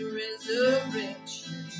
resurrection